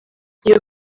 iyo